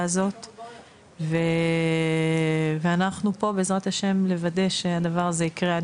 הזאת ואנחנו פה בעזרת ה' לוודא שהדבר הזה יקרה.